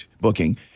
booking